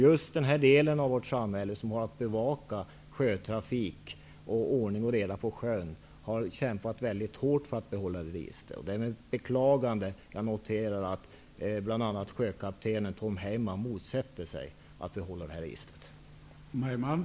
Just de i samhället som har att bevaka sjötrafik och att se till att det är ordning och reda på sjön har kämpat väldigt hårt för ett bibehållande av registret. Det är med ett beklagande som jag noterar att bl.a. sjökapten Tom Heyman motsätter sig att registret behålles.